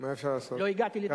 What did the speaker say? לא הגעתי לטייבה.